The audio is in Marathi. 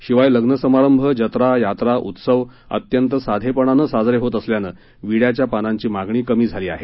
शिवाय लग्नसमारंभ जत्रा यात्रा उत्सव अत्यंत साधेपणानं साजरे होत असल्यानं विङ्याच्या पानांची मागणी कमी झाली आहे